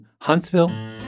Huntsville